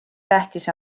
tähtis